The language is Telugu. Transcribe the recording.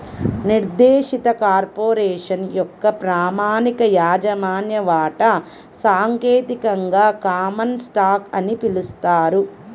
నిర్దేశిత కార్పొరేషన్ యొక్క ప్రామాణిక యాజమాన్య వాటా సాంకేతికంగా కామన్ స్టాక్ అని పిలుస్తారు